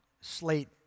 slate